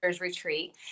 retreat